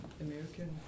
American